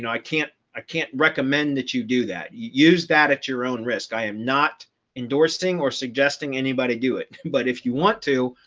and i can't, i can't recommend that you do that. use that at your own risk. i am not endorsing or suggesting anybody do it. but if you want to,